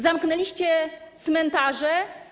Zamknęliście cmentarze.